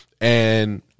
and-